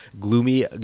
Gloomy